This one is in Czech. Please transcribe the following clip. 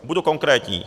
Budu konkrétní.